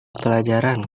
pelajaran